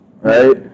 right